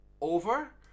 over